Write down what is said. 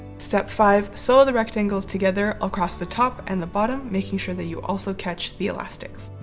step five. sew the rectangles together across the top and the bottom making sure that you also catch the elastics.